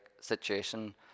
situation